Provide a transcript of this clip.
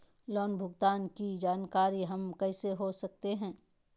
Loan भुगतान की जानकारी हम कैसे हो सकते हैं?